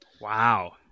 Wow